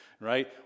right